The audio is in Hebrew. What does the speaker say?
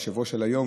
היושב-ראש של היום,